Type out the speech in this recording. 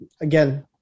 again